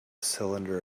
cylinder